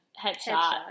Headshot